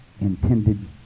intended